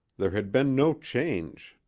there had been no change,